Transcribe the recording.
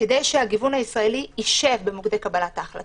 כדי שהגיוון הישראלי ישב במוקדי קבלת ההחלטות.